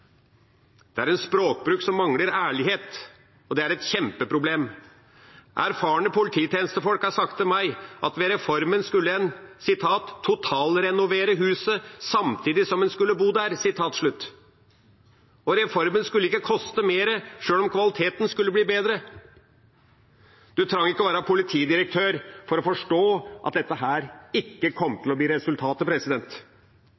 Det er en språkbruk som mangler ærlighet, og det er et kjempeproblem. Erfarne polititjenestefolk har sagt til meg at ved reformen skulle en totalrenovere huset samtidig som en skulle bo der. Og reformen skulle ikke koste mer, sjøl om kvaliteten skulle bli bedre. En trenger ikke være politidirektør for å forstå at dette ikke kom